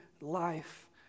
life